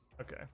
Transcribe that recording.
Okay